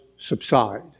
subside